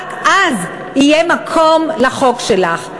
רק אז יהיה מקום לחוק שלך.